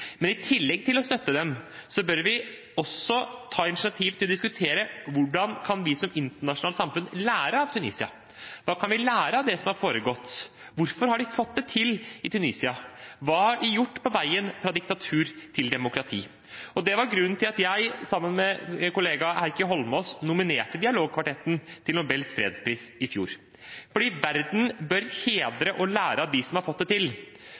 Men i tillegg til å støtte dem bør vi også ta initiativ til å diskutere hvordan vi som internasjonalt samfunn kan lære av Tunisia. Hva kan vi lære av det som har foregått? Hvorfor har de fått det til i Tunisia? Hva har de gjort på veien fra diktatur til demokrati? Det var grunnen til at jeg, sammen med kollega Heikki Eidsvoll Holmås, nominerte dialogkvartetten til Nobels fredspris i fjor, fordi verden bør hedre og lære av dem som har fått det til.